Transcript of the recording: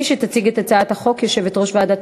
מי שתציג את הצעת החוק היא יושבת-ראש ועדת